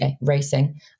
racing